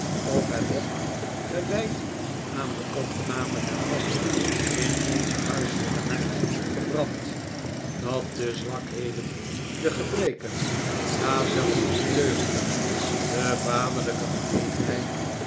of het hok gewijd aan de opname der asch in onzen huiselijken haard gebrand dat de zwakheden de gebreken ja zelfs de deugden de vaderlijke genegenheid